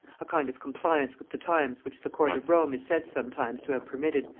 a kind of compliance with the times which the court of rome is said sometimes to have permitted,